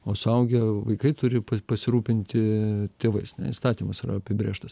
o suaugę vaikai turi pasirūpinti tėvais ne įstatymas yra apibrėžtas